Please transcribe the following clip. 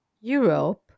Europe